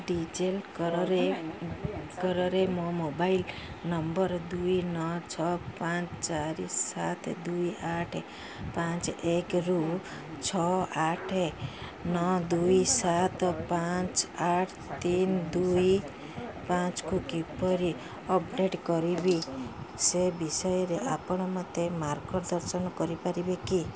D ଜି ଲକର୍ରେ ମୋ ମୋବାଇଲ ନମ୍ବର ଦୁଇ ନଅ ଛଅ ପାଞ୍ଚ ଚାରି ସାତ ଦୁଇ ଆଠ ପାଞ୍ଚ ଏକରୁ ଛଅ ଆଠ ନଅ ଦୁଇ ସାତ ପାଞ୍ଚ ଆଠ ତିନି ଦୁଇ ପାଞ୍ଚକୁ କିପରି ଅପଡ଼େଟ୍ କରିବି ସେ ବିଷୟରେ ଆପଣ ମୋତେ ମାର୍ଗଦର୍ଶନ କରିପାରିବେ କି